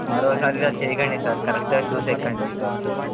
మరోసారి ఇలా చెయ్యకండి సార్ కరెక్ట్గా చూసెక్కండి బస్సు